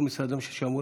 כל משרדי הממשלה,